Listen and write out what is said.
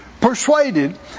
persuaded